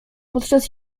podczas